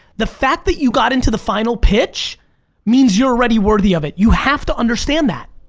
the fact that you got into the final pitch means you're ready worthy of it. you have to understand that.